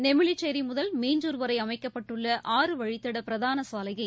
நெமிலிச்சேரி முதல் மீஞ்ஞர் வரை அமைக்கப்பட்டுள்ள ஆறுவழித்தட பிரதான சாலையை